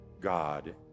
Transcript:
God